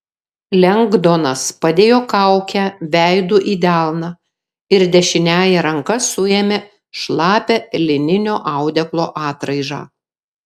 lengdonas padėjo kaukę veidu į delną ir dešiniąja ranka suėmė šlapią lininio audeklo atraižą